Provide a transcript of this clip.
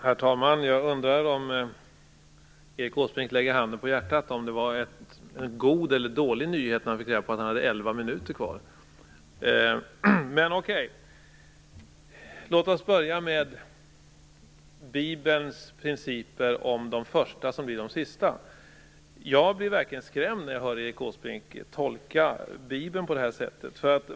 Herr talman! Jag undrar, om Erik Åsbrink lägger handen på hjärtat, om det var en god eller en dålig nyhet när han fick veta att han hade elva minuter kvar. Men låt oss börja med Bibelns principer om de första som blir de sista. Jag blir verkligen skrämd när jag hör Erik Åsbrink tolka Bibeln på det här sättet.